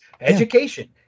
Education